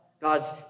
God's